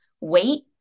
wait